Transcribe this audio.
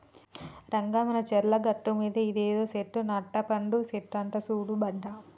రంగా మానచర్ల గట్టుమీద ఇదేదో సెట్టు నట్టపండు సెట్టంట సూడు బిడ్డా